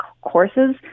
courses